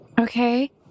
Okay